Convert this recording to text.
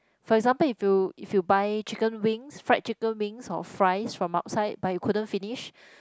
for example if you if you buy chicken wings fried chicken wings or fries from outside but you couldn't finish